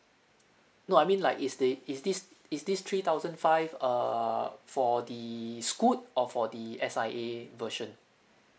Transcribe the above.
no I mean like is the is this is this three thousand five err for the Scoot or for the S_I_A version